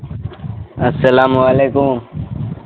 السلام علیکم